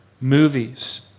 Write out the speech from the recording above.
movies